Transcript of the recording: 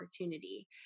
opportunity